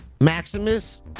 Maximus